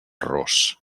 ros